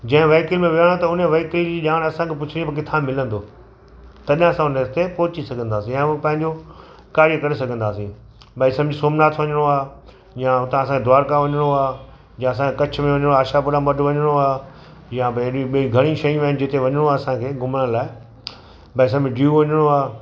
जें व्हीकल में विहा त उन व्हीकल जी ॼाण असांखे पुछी भई किथा मिलंदो तॾहिं असां उन ते पहुची सघंदासीं ऐं हू पंहिंजो कार्य करे सघंदासीं भई सम्झ सोमनाथ वञिणो आहे या उतां खां द्वारका वञिणो आहे या असांखे कच्छ में वञिणो आहे आशापुरा मढ़ वञिणो आहे या भई ऐॾियूं ॿीं घणी शयूं आहिनि जिते वञिणो आहे असांखे घुमण लाइ भई सम्झ डियू वञिणो आहे